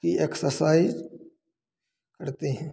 की एक्सरसाइज करते हैं